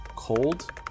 Cold